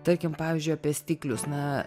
tarkim pavyzdžiui apie stiklius na